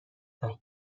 دهید